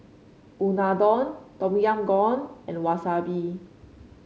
Unadon Tom Yam Goong and Wasabi